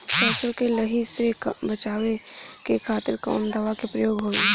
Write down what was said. सरसो के लही से बचावे के खातिर कवन दवा के प्रयोग होई?